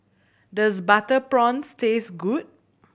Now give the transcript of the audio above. does butter prawns taste good